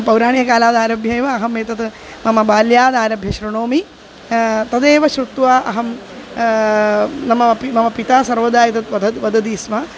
पौराणिककालादारभ्य एव अहम् एतत् मम बाल्यादारभ्य श्रुणोमि तदेव श्रुत्वा अहं मम अपि मम पिता सर्वदा एतत् वदति वदति स्म